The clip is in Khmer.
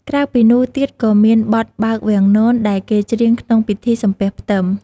ក្រៅពីនោះទៀតក៏មាន បទបើកវាំងនន ដែលគេច្រៀងក្នុងពិធីសំពះផ្ទឹម។